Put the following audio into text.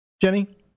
Jenny